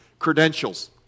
Credentials